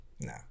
No